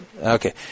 Okay